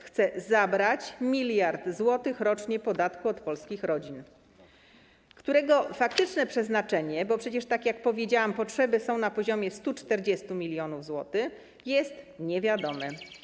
Chce zabrać 1 mld zł rocznie podatku od polskich rodzin, którego faktyczne przeznaczenie - bo przecież tak jak powiedziałam, potrzeby są na poziomie 140 mln zł - jest niewiadome.